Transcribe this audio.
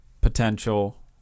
potential